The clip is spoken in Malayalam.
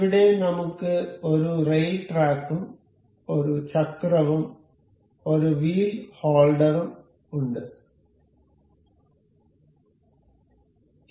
ഇവിടെ നമുക്ക് ഒരു റെയിൽ ട്രാക്കും ഒരു ചക്രവും ഒരു വീൽ ഹോൾഡറും rail track a wheel and a wheel holder ഉണ്ട്